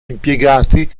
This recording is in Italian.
impiegati